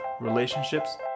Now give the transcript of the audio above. relationships